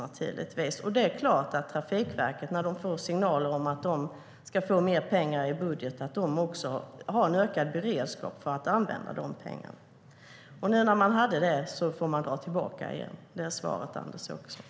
När Trafikverket får signaler om mer pengar i budgeten har de såklart en ökad beredskap för att använda dessa pengar. Men nu får de dra ned igen. Det är svaret, Anders Åkesson.